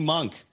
Monk